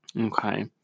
okay